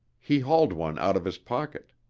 he hauled one out of his pocket.